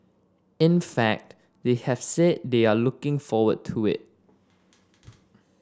in fact they have said they are looking forward to it